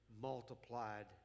multiplied